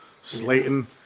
Slayton